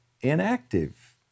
inactive